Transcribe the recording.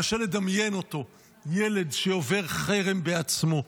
קשה לדמיין אותו ילד שעובר חרם בעצמו.